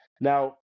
Now